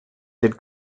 did